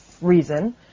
reason